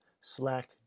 slack